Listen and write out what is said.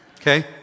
Okay